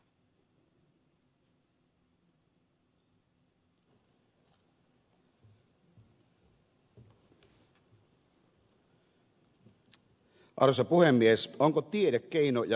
onko tiede keino ja väline vai itsetarkoitus